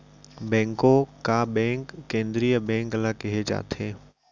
बेंको का बेंक केंद्रीय बेंक ल केहे जाथे